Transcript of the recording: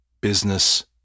business